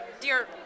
Dear